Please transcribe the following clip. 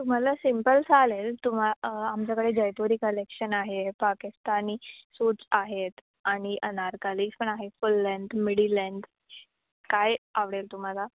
तुम्हाला सिम्पल चालेल तुमा आमच्याकडे जयपुरी कलेक्शन आहे पाकिस्तानी सूट्स आहेत आणि अनारकालीज पण आहे फुल लेन्थ मिडी लेन्थ काय आवडेल तुम्हाला